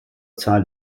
zahl